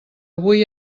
avui